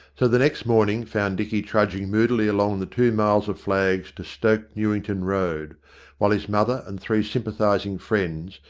so the next morning found dicky trudg ing moodily along the two miles of flags to stoke newington road while his mother and three sympathising friends,